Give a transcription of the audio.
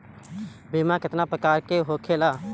बीमा केतना प्रकार के होखे ला?